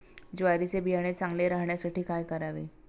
ज्वारीचे बियाणे चांगले राहण्यासाठी काय करावे?